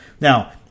Now